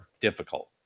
difficult